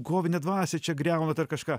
kovinę dvasią čia griaunat ar kažką